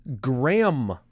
Graham